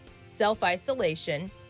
self-isolation